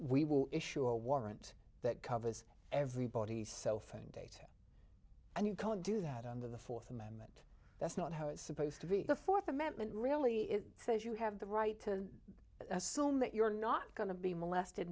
we will issue a warrant that covers everybody's cell phone day and you can't do that under the fourth amendment that's not how it's supposed to be the fourth amendment really it says you have the right to assume that you're not going to be molested